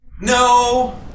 No